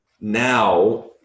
now